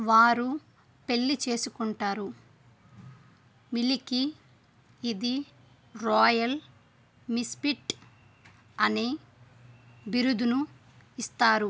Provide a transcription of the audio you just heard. వారు పెళ్ళి చేసుకుంటారు మిలికి ఇది రాయల్ మిస్పిట్ అనే బిరుదును ఇస్తారు